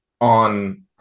on